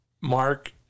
Mark